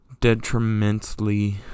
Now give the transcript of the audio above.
detrimentally